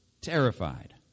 terrified